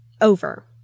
over